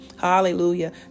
hallelujah